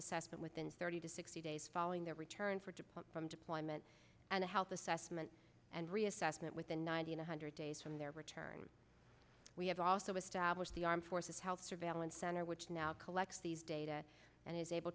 assessment within thirty to sixty days following their return for deploy from deployment and a health assessment and reassessment within ninety one hundred days from their return we have also established the armed forces health surveillance center which now collects these data and is able